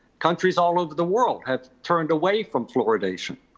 countries all over the world have turned away from fluoridation.